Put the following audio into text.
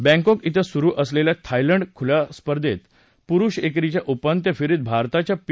Bangkok इथं सुरु असलेल्या थायलैंड खुल्या स्पर्धेत पुरुष एकेरीच्या उपात्यपूर्व फेरीत भारताच्या बी